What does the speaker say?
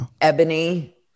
ebony